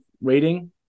rating